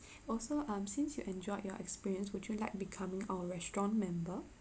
also um since you enjoyed your experience would you like becoming our restaurant member